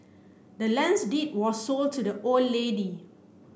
the land's deed was sold to the old lady